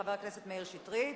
חבר הכנסת מאיר שטרית,